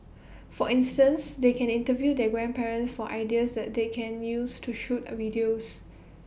for instance they can interview their grandparents for ideas that they can use to shoot A videos